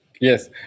Yes